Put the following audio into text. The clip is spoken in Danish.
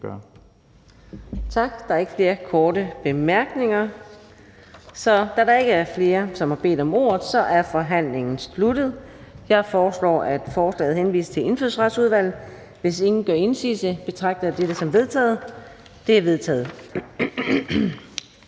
Tak. Der er ikke flere korte bemærkninger. Da der ikke er flere, som har bedt om ordet, er forhandlingen sluttet. Jeg foreslår, at forslaget til folketingsbeslutning henvises til Indfødsretsudvalget. Hvis ingen gør indsigelse, betragter jeg dette som vedtaget. Det er vedtaget.